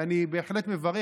אני בהחלט מברך.